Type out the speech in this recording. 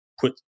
put